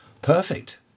perfect